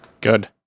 good